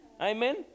Amen